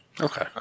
Okay